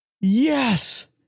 Yes